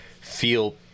feel